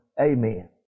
amen